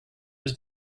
was